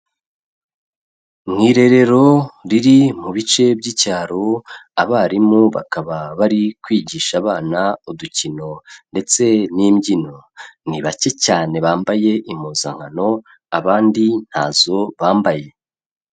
Mu irerero riri mu bice by'icyaro abarimu bakaba bari kwigisha abana udukino ndetse n'imbyino, ni bake cyane bambaye impuzankano abandi ntazo bambaye.